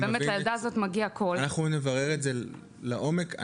אנחנו נברר את זה לעומק,